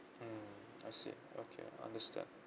mmhmm I see okay understand